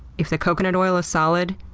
if the coconut oil is solid,